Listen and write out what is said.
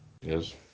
Yes